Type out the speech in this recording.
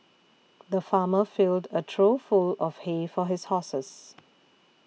the farmer filled a trough full of hay for his horses